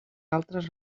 altres